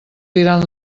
diran